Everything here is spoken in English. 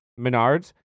Menards